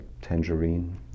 Tangerine